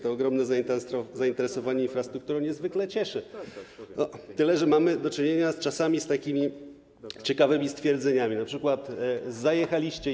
To ogromne zainteresowanie infrastrukturą niezwykle cieszy, tyle że mamy do czynienia czasami z takimi ciekawymi stwierdzeniami, np. zajechaliście Y.